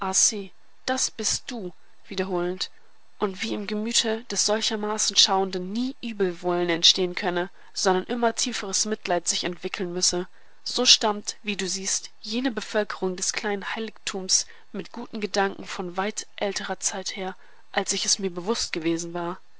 das bist du wiederholend und wie im gemüte des solchermaßen schauenden nie übelwollen entstehen könne sondern immer tieferes mitleid sich entwickeln müsse so stammt wie du siehst jene bevölkerung des kleinen heiligtums mit guten gedanken von weit älterer zeit her als ich es mir bewußt gewesen war